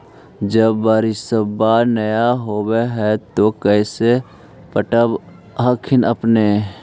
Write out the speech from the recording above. जब बारिसबा नय होब है तो कैसे पटब हखिन अपने?